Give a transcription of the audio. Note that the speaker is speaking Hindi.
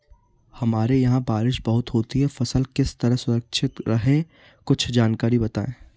हमारे यहाँ बारिश बहुत होती है फसल किस तरह सुरक्षित रहे कुछ जानकारी बताएं?